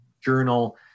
journal